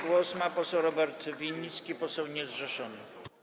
Głos ma poseł Robert Winnicki, poseł niezrzeszony.